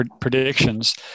predictions